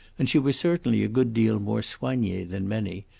and she was certainly a good deal more soignee than many,